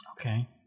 Okay